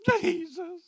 Jesus